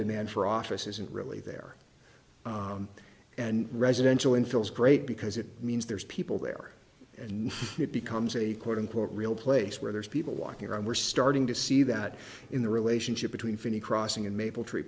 demand for office isn't really there and residential in feels great because it means there's people there and it becomes a quote unquote real place where there's people walking around we're starting to see that in the relationship between finney crossing and maple tree